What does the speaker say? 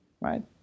right